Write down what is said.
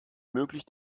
möglich